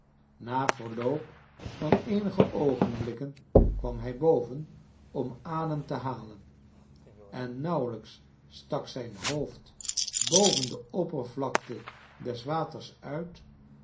na verloop van eenige oogenblikken kwam hij boven om adem te halen en nauwelijks stak zijn hoofd boven de oppervlakte des waters uit